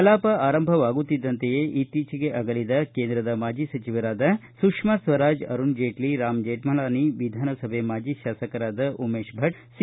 ಕಲಾಪ ಆರಂಭವಾಗುತ್ತಿದ್ದಂತೆ ಇತ್ತೀಚೆಗೆ ಆಗಲಿದ ಕೇಂದ್ರದ ಮಾಜಿ ಸಚಿವರಾದ ಸುಷ್ಮಾ ಸ್ವರಾಜ್ ಅರುಣ್ ಜೇಟ್ಲ ರಾಮ್ ಜೇಕ್ಮಲಾನಿ ವಿಧಾನಸಭೆ ಮಾಜಿ ಶಾಸಕರಾದ ಉಮೇಶ್ ಭಟ್ ಸಿ